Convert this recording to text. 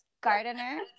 gardener